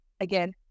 again